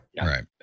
Right